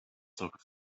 soccer